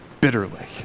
bitterly